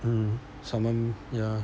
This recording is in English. hmm salmon ya